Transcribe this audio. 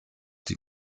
die